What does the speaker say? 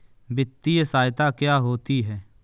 वित्तीय सहायता क्या होती है?